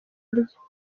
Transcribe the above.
rye